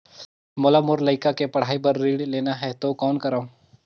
मोला मोर लइका के पढ़ाई बर ऋण लेना है तो कौन करव?